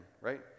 Right